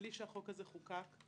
בלי שהחוק הזה חוקק,